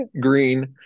green